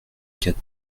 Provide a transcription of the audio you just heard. quatre